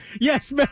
Yes